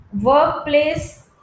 workplace